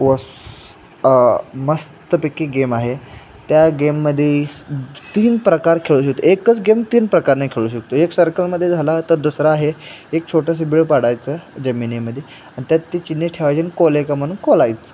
व मस्तपैकी गेम आहे त्या गेममध्ये तीन प्रकार खेळू शकतो एकच गेम तीन प्रकारने खेळू शकतो एक सर्कलमध्ये झाला तर दुसरा आहे एक छोटंसं बिळ पाडायचं जमिनीमध्ये आणि त्यात ती चिन्नी ठेवायची कोले का म्हणून कोलायचं